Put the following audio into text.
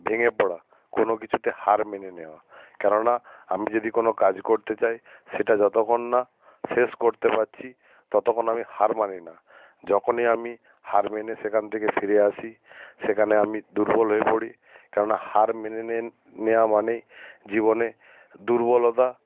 ভেঙে পড়া কোনো কিছুতে হার মেনে নেওয়া কেন না আমি যদি কোনো কাজ করতে চাই সেটা যতক্ষণ না শেষ করতে পারছি ততক্ষণ আমি হার মানি না যখনই আমি হার মেনে সেখান থেকে ফিরে আসি সেখানে আমি দুর্বল হয়ে পড়ি কেন না হার মেনে নেওয়া মানেই জীবনে দুর্বলতা